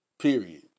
Period